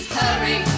hurry